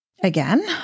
Again